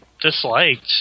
disliked